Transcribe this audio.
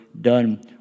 done